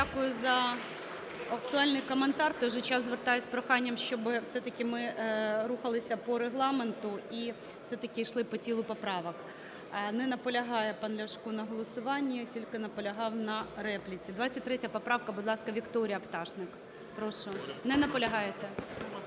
Дякую за актуальний коментар. В той же час звертаюсь з проханням, щоби все-таки ми рухалися по Регламенту і все-таки йшли по тілу поправок. Не наполягає пан Ляшко на голосуванні, тільки наполягав на репліці. 23 поправка. Будь ласка, Вікторія Пташник, прошу. Не наполягаєте?